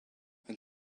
and